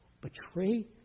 betray